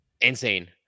insane